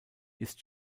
ist